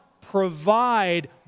provide